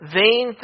vain